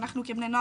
אנחנו כבני נוער,